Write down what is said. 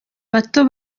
bato